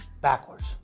backwards